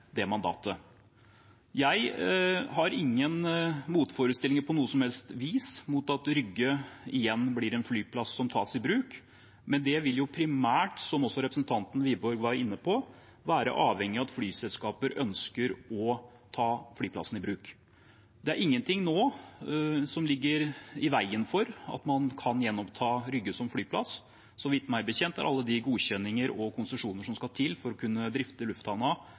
Jeg har ingen motforestillinger, på noe som helst vis, mot at Rygge igjen blir en flyplass som tas i bruk, men det vil jo primært, som også representanten Wiborg var inne på, være avhengig av at flyselskaper ønsker å ta flyplassen i bruk. Det er ingenting nå som ligger i veien for at man kan gjenoppta Rygge som flyplass. Meg bekjent er alle de godkjenninger og konsesjoner som skal til for å kunne drifte